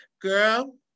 girl